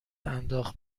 انداخت